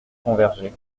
convergé